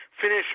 finish